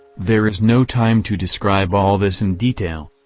there is no time to describe all this in detail.